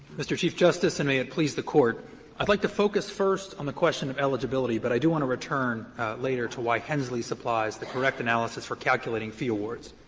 mr. chief justice, and may it please the court i would like to focus first on the question of eligibility, but i do want to return later to why hensley supplies the correct analysis for calculating fee awards.